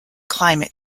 climate